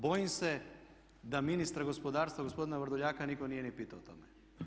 Bojim se da ministra gospodarstva gospodina Vrdoljaka nitko nije ni pitao o tome.